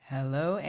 Hello